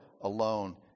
alone